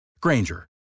Granger